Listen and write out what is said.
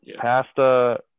Pasta